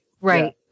right